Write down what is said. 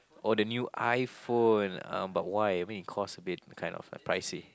oh the new iPhone uh but why I mean it cost a bit kind of pricey